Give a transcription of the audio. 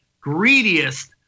greediest